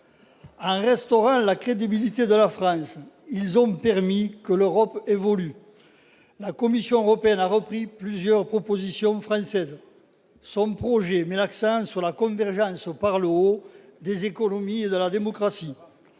En restaurant la crédibilité de la France, ils ont permis que l'Europe évolue. La Commission européenne a repris plusieurs propositions françaises : son projet met l'accent sur la convergence par le haut des économies et sur la démocratie.